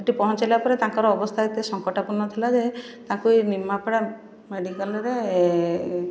ସେଠି ପହଞ୍ଚାଇଲା ପରେ ତାଙ୍କର ଅବସ୍ଥା ଏତେ ସଂକଟାପନ ଥିଲା ଯେ ତାଙ୍କୁ ଏହି ନିମାପଡ଼ା ମେଡ଼ିକାଲରେ